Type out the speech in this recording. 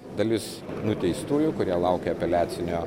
dalis nuteistųjų kurie laukia apeliacinio